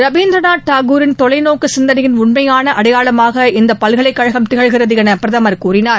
ரவீந்திரநாத் தாகூரின் தொலைநோக்கு சிந்தனையின் உண்மையாள அடையாளமாக இந்த பல்கலைகழகம் திகழ்கிறது என பிரதமர் கூறினார்